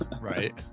Right